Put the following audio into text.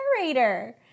narrator